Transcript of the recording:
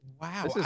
Wow